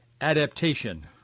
adaptation